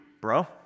bro